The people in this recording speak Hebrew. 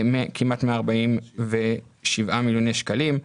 כמעט 147 מיליוני שקלים.